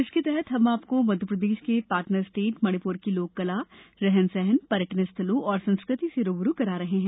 इसके तहत हम आपको मध्यप्रदेश के पार्टनर स्टेट मणिपुर की लोककला रहन सहन पर्यटन स्थलों और संस्कृति से रू ब रू करा रहे हैं